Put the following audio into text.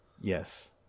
Yes